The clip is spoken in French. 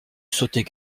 sauter